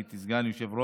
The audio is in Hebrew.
הייתי סגן יושב-ראש.